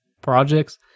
projects